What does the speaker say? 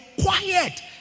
quiet